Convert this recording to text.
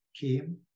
came